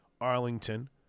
Arlington